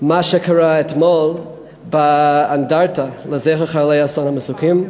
מה שקרה אתמול באנדרטה לזכר חללי אסון המסוקים.